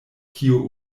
kio